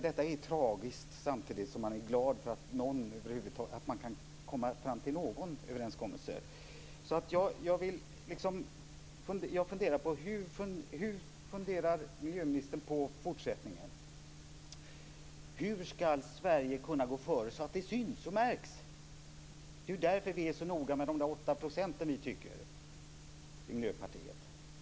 Det är tragiskt samtidigt som man är glad för att länderna kan komma fram till någon överenskommelse. Hur funderar miljöministern på fortsättningen? Hur ska Sverige kunna gå före så att det syns och märks? Det är därför vi i Miljöpartiet är så noga med 8 %.